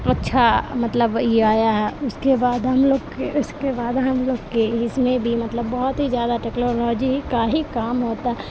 اچھا مطلب یہ آیا ہے اس کے بعد ہم لوگ کے اس کے بعد ہم لوگ کے اس میں بھی مطلب بہت ہی زیادہ ٹیکلالوجی ہی کا ہی کام ہوتا ہے